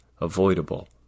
avoidable